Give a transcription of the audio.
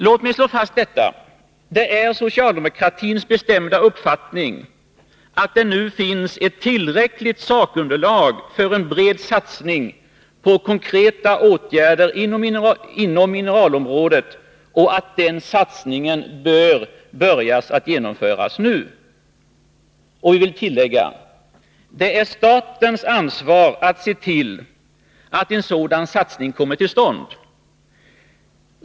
Låt mig slå fast detta: Det är socialdemokratins bestämda uppfattning att det nu finns ett tillräckligt sakunderlag för en bred satsning på konkreta åtgärder inom mineralområdet och att den satsningen bör börja genomföras omedelbart. Och vi vill tillägga: Det är statens ansvar att se till att en sådan satsning kommer till stånd.